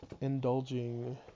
indulging